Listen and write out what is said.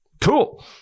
Cool